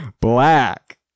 black